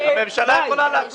מי נגד?